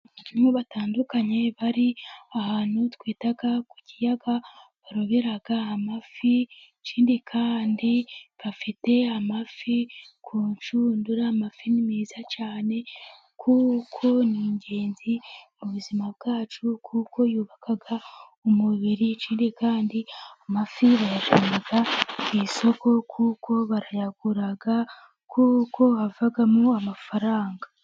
Abantu batandukanye bari ahantu twita ku kiyaga barobera amafi, ikindi kandi bafite amafi ku nshundura. Amafi ni meza cyane kuko ni ingenzi mu buzima bwacu, kuko yubaka umubiri, ikindi kandi amafi bayajyana ku isoko ,kuko barayagura kuko havamo amafaranga.